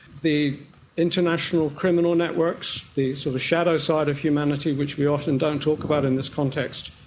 the international criminal networks, the sort of shadow side of humanity which we often don't talk about in this context,